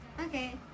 Okay